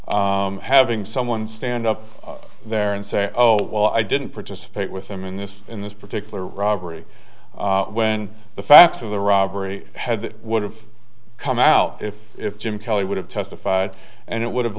having someone stand up there and say oh well i didn't participate with him in this in this particular robbery when the facts of the robbery had that would have come out if jim kelly would have testified and it would have